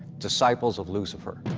disciples of lucifer.